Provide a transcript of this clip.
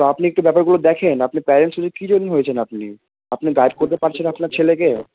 তা আপনি একটু ব্যাপারগুলো দেখেন আপনি প্যারেন্ট শুধু কী জন্য হয়েছেন আপনি আপনি গাইড করতে পারছেন আপনার ছেলেকে